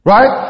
Right